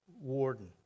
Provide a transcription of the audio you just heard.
warden